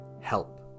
help